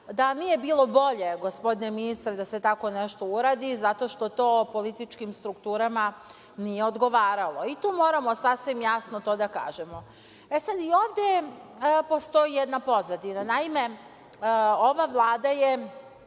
da nije bilo bolje, gospodine ministre, da se tako nešto uradi, zato što to u političkim strukturama nije odgovaralo. Tu moramo sasvim jasno to da kažemo.E sad, i ovde postoji jedna pozadina. Naime, ova Vlada je